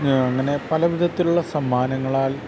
അങ്ങനെ പലവിധത്തിലുള്ള സമ്മാനങ്ങളാൽ